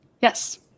Yes